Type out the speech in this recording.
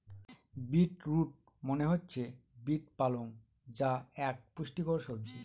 beet root মনে হচ্ছে beet পালং যা এক পুষ্টিকর সবজি